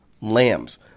Lambs